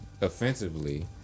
Offensively